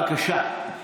בבקשה.